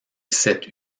cette